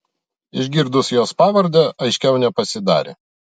išgirdus jos pavardę aiškiau nepasidarė